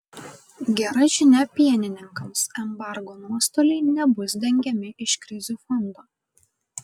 gera žinia pienininkams embargo nuostoliai nebus dengiami iš krizių fondo